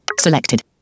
Selected